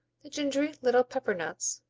the gingery little pepper nuts,